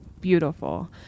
beautiful